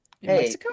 Hey